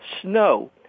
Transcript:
Snow